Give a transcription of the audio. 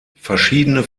verschiedene